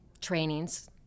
trainings